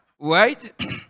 Right